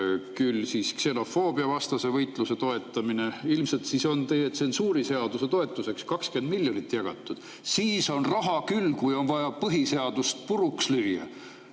küll ksenofoobiavastase võitluse toetamine. Ilmselt siis on teie tsensuuriseaduse toetuseks 20 miljonit jagatud. Siis on raha küll, kui on vaja põhiseadust puruks lüüa,